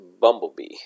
bumblebee